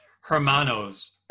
hermanos